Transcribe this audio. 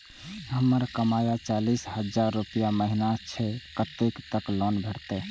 हमर कमाय चालीस हजार रूपया महिना छै कतैक तक लोन भेटते?